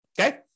Okay